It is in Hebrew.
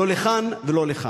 לא לכאן ולא לכאן.